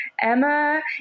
Emma